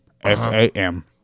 F-A-M